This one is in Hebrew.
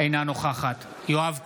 אינה נוכחת יואב קיש,